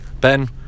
Ben